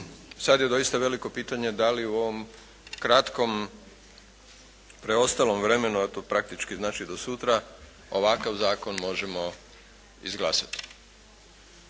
sad je doista veliko pitanje da li u ovom kratkom preostalom vremenu a to praktički znači do sutra ovakav zakon možemo izglasati.